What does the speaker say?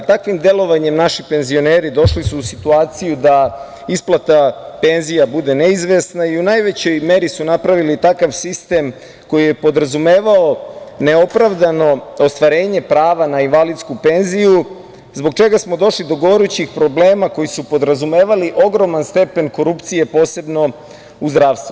Takvim delovanjem naši penzioneri došli su u situaciju da isplata penzija bude neizvesna i u najvećoj meri su napravili takav sistem koji je podrazumevao neopravdano ostvarenje prava na invalidsku penziju, zbog čega smo došli do gorućih problema koji su podrazumevali ogroman stepen korupcije, posebno u zdravstvu.